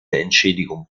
entschädigung